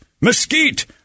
mesquite